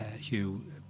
Hugh